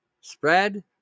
spread